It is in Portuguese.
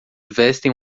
vestem